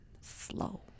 slow